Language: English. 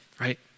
right